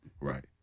Right